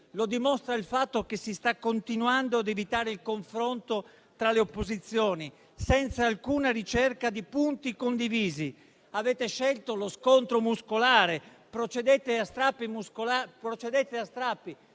Lo dimostra il fatto che si sta continuando ad evitare il confronto tra le opposizioni senza alcuna ricerca di punti condivisi. Avete scelto lo scontro muscolare, procedete a strappi. Peraltro, signora Ministra, senza